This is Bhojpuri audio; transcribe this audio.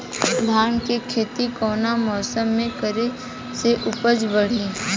धान के खेती कौन मौसम में करे से उपज बढ़ी?